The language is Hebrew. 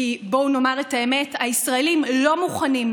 בואו נאמר את האמת: הישראלים לא מוכנים,